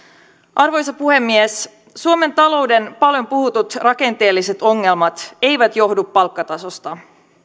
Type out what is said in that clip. arvoisa puhemies suomen talouden paljon puhutut rakenteelliset ongelmat eivät johdu palkkatasosta